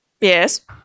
Yes